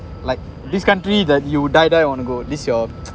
like this country that you die die want to go this is your